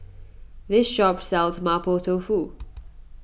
this shop sells Mapo Tofu